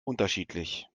unterschiedlich